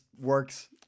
works